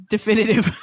Definitive